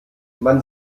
man